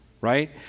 right